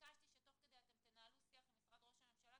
ביקשתי שתוך כדי אתם גם תנהלו שיח עם משרד ראש הממשלה,